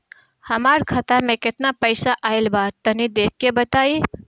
हमार खाता मे केतना पईसा आइल बा तनि देख के बतईब?